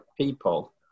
people